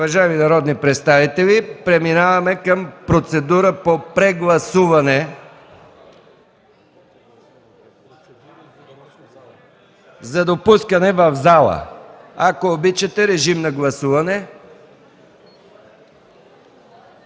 Уважаеми народни представители, преминаваме към процедура към прегласуване за допускане в залата. Режим на гласуване.